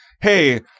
hey